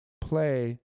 play